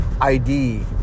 id